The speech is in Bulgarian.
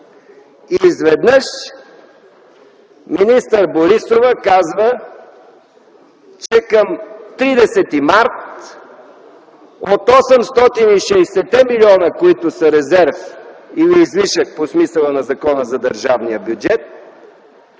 И изведнъж министър Борисова казва, че към 30 март от 860 милиона, които са резерв или излишък по смисъла на Закона за държавния бюджет,